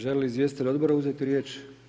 Želi li izvjestitelj odbora uzeti riječ?